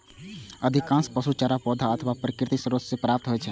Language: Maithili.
अधिकांश पशु चारा पौधा अथवा प्राकृतिक स्रोत सं प्राप्त होइ छै